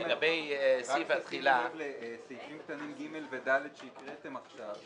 רק לשים לב לסעיפים (ג) ו-(ד) שהקראתם עכשיו,